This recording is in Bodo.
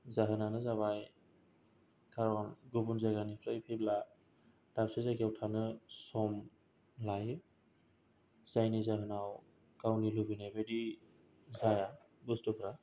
जाहोनानो जाबाय खारन गुबुन जायगानिफ्राय फैब्ला दाबसे जायगायाव थानो सम लायो जायनि जाहोनाव गावनि लुबैनाय बायदि जाया बुस्थुफोरा